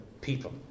people